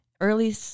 early